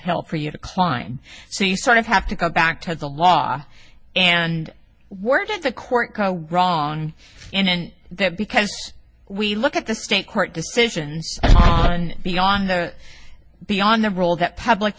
hell for you to climb so you sort of have to go back to the law and where did the court wrong and that because we look at the state court decisions on beyond the beyond the role that public